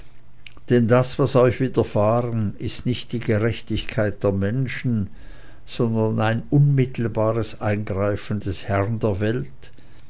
denn das was euch widerfahren ist nicht die gerechtigkeit der menschen sondern ein unmittelbares eingreifen des herrn der welt